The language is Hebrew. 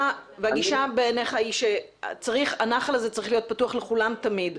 הגישה בעיניך שהנחל הזה צריך להיות פתוח לכולם תמיד.